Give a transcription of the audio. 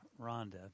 Rhonda